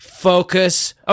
Focus